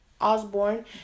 Osborne